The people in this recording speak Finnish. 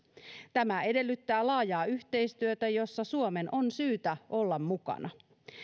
tämä edellyttää laajaa yhteistyötä jossa suomen on syytä olla mukana